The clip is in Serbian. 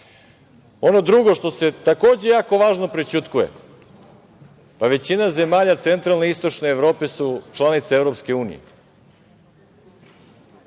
što drugo što se takođe jako važno prećutkuje – većina zemalja centralne i istočne Evrope su članice EU. Znate,